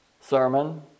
sermon